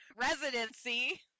residency